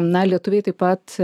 na lietuviai taip pat